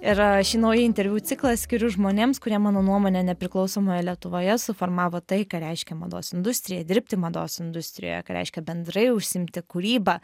ir šį naują interviu ciklą skiriu žmonėms kurie mano nuomone nepriklausomoje lietuvoje suformavo tai ką reiškia mados industrija dirbti mados industrijoje ką reiškia bendrai užsiimti kūryba